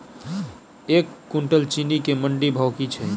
एक कुनटल चीनी केँ मंडी भाउ की छै?